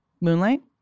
Moonlight